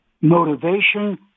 motivation